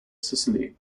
sicily